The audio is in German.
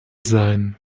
sein